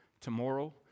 tomorrow